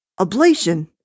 Ablation